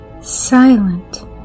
silent